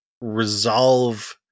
resolve